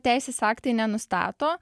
teisės aktai nenustato